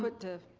but to.